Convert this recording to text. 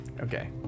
okay